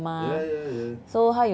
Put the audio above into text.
ya ya ya